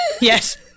Yes